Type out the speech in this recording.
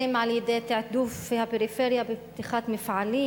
אם על-ידי תעדוף הפריפריה בפתיחת מפעלים